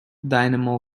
dynamo